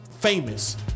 famous